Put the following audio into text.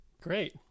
Great